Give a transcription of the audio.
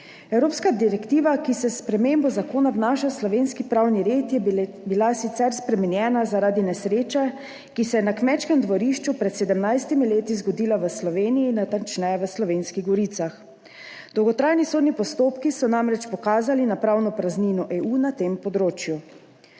Evropska direktiva, ki se s spremembo zakona vnaša v slovenski pravni red, je bila sicer spremenjena zaradi nesreče, ki se je na kmečkem dvorišču pred 17 leti zgodila v Sloveniji, natančneje v Slovenskih goricah. Dolgotrajni sodni postopki so namreč pokazali na pravno praznino EU na tem področju.